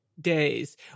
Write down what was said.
days